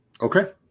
Okay